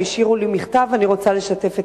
הם השאירו לי מכתב, ואני רוצה לשתף אתכם: